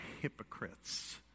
hypocrites